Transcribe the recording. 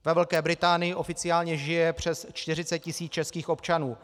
Ve Velké Británii oficiálně žije přes 40 tisíc českých občanů.